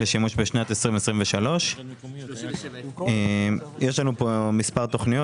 לשימוש בשנת 23'. יש פה מספר תוכניות